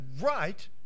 right